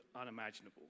unimaginable